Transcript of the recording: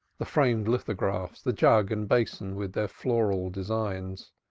the framed lithographs, the jug and basin with their floral designs.